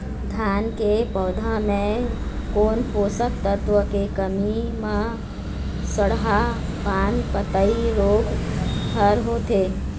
धान के पौधा मे कोन पोषक तत्व के कमी म सड़हा पान पतई रोग हर होथे?